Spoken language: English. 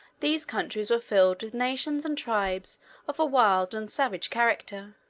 these countries were filled with nations and tribes of a wild and half-savage character,